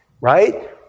right